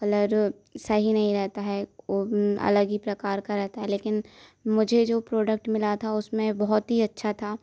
colour सही नहीं रहता है वो अलग ही प्रकार का रहता है लेकिन मुझे जो प्रोडक्ट मिला था उसमें बहुत ही अच्छा था